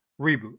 reboot